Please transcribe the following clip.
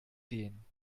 gehen